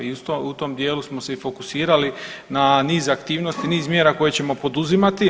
I u tom dijelu smo se i fokusirali na niz aktivnosti, niz mjera koje ćemo poduzimati.